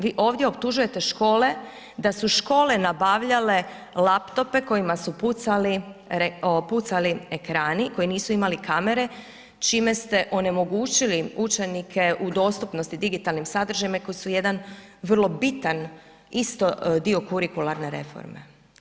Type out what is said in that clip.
Vi ovdje optužujete škole da su škole da nabavljale laptope kojima su pucali ekrani koji nisu imali kamere čime ste onemogućili učenike u dostupnosti digitalnim sadržajima koji su jedan vrlo bitan isto dio kurikularne reforme.